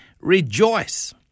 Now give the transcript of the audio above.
Rejoice